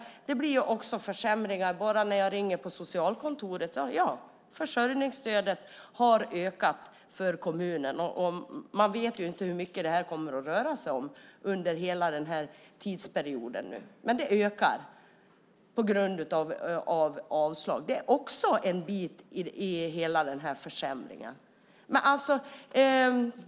Jag hör ju också när jag ringer till socialkontoret att det blir försämringar. Ja, försörjningsstödet har ökat för kommunen, och man vet inte hur mycket det kommer att röra sig om under hela den här tidsperioden. Men det ökar på grund av avslag. Det är också en bit i hela den här försämringen.